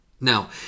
Now